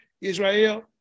Israel